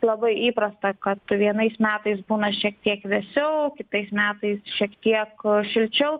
labai įprasta kad vienais metais būna šiek tiek vėsiau o kitais metais šiek tiek šilčiau